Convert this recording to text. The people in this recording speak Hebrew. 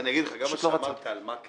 אז אני אגיד לך, גם מה שאמרת על מקלב.